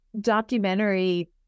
documentary